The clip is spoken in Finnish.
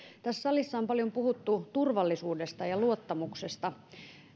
tässä salissa on paljon puhuttu turvallisuudesta ja luottamuksesta